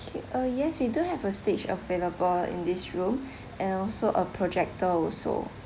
K uh yes we do have a stage available in this room and also a projector also